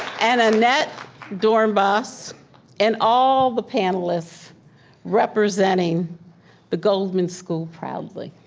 and annette doornbos and all the panelists representing the goldman school proudly.